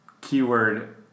keyword